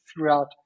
throughout